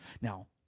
now